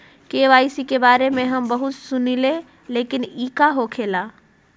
KYC के बारे में हम बहुत सुनीले लेकिन इ का होखेला?